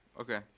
Okay